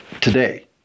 today